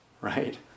Right